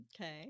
Okay